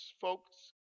folks